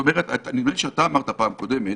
זאת אומרת, נדמה לי שאמרת בפעם הקודמת